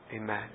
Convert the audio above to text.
Amen